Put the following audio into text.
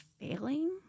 failing